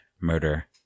murder